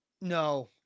No